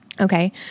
Okay